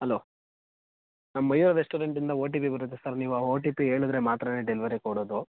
hello ನಮ್ಮ ಮಯೂರ ರೆಸ್ಟೋರೆಂಟಿಂದ O T P ಬರುತ್ತೆ ಸರ್ ನೀವು ಆ ಒ ಟಿ ಪಿ ಹೇಳಿದ್ರೆ ಮಾತ್ರವೇ ಡೆಲ್ವರಿ ಕೊಡೋದು